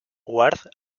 ward